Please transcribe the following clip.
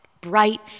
bright